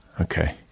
Okay